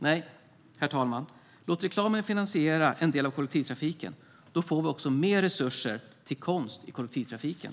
Nej, herr talman, låt reklamen finansiera en del av kollektivtrafiken. Då får vi också mer resurser till konst i kollektivtrafiken.